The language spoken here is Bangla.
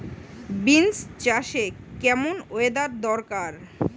বিন্স চাষে কেমন ওয়েদার দরকার?